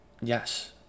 yes